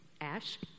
Ash